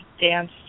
dance